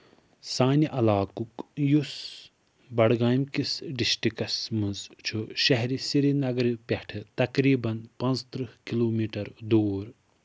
سانہِ علاقُک یُس بڈگامہِ کِس ڈِسٹرکَس منٛز چھُ شہرِ سِری نَگرٕ پٮ۪ٹھٕ تقریٖبَن پانٛژھ ترٕٛہ کِلوٗ میٖٹر دوٗر